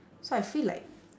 so I feel like